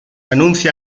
anuncia